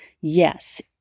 Yes